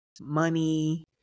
Money